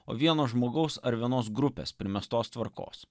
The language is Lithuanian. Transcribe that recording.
o vieno žmogaus ar vienos grupės primestos tvarkos